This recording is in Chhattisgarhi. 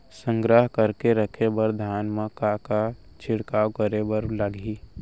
संग्रह करके रखे बर धान मा का का छिड़काव करे बर लागही?